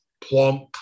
plump